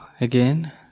again